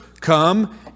come